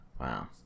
Wow